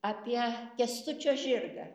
apie kęstučio žirgą